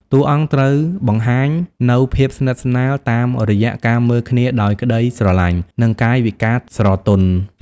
តួអង្គត្រូវបង្ហាញនូវ ភាពស្និទ្ធស្នាល តាមរយៈការមើលគ្នាដោយក្តីស្រលាញ់ និងកាយវិការស្រទន់។